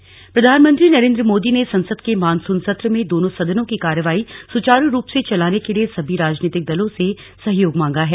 संसद सत्र प्रधानमंत्री नरेन्द्र मोदी ने संसद के मॉनसून सत्र में दोनों सदनों की कार्यवाही सुचारू रूप से चलाने के लिए सभी राजनीतिक दलों से सहयोग मांगा है